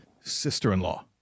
sister-in-law